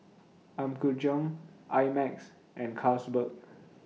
Apgujeong I Max and Carlsberg